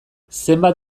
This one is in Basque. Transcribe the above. zenbait